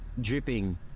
dripping